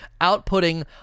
outputting